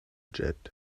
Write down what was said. jet